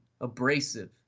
abrasive